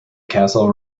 castle